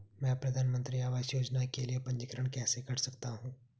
मैं प्रधानमंत्री आवास योजना के लिए पंजीकरण कैसे कर सकता हूं?